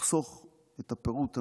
אחסוך את הפירוט הנוסף,